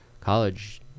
college